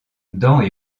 dans